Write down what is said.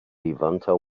levanter